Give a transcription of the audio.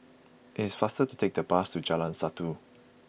it is faster to take the bus to Jalan Satu